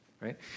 right